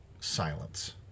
silence